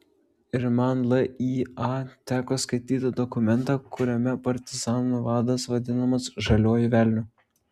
ir man lya teko skaityti dokumentą kuriame partizanų vadas vadinamas žaliuoju velniu